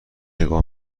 نگاه